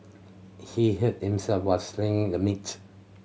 he hurt himself while sling the meat